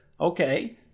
okay